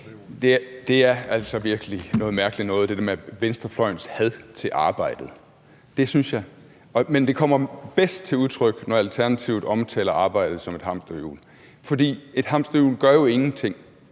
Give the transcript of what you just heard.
Det er altså virkelig noget mærkelig noget med venstrefløjens had til arbejde. Det synes jeg, men det kommer bedst til udtryk, når Alternativet omtaler arbejde som et hamsterhjul, fordi et hamsterhjul jo ingenting